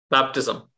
Baptism